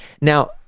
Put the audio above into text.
Now